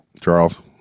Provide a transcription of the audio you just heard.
Charles